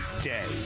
day